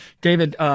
David